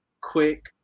quick